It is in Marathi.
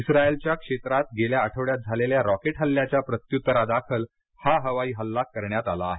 इस्राइलच्या क्षेत्रात गेल्या आठवड्यात झालेल्या राँकेटहल्ल्याच्या प्रत्युत्तरादाखल हा हवाई हल्ला करण्यात आला आहे